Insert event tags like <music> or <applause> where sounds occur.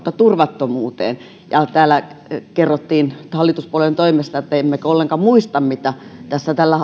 turvattomuuteen ja kun täällä kerrottiin hallituspuolueiden toimesta että emmekö ollenkaan muista mitä kaikkea tässä tällä <unintelligible>